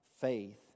Faith